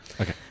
Okay